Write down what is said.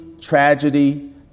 tragedy